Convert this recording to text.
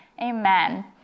Amen